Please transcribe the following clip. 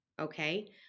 okay